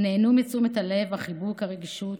נהנו מתשומת הלב, החיבוק, הרגישות